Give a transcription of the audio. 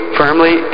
firmly